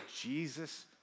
Jesus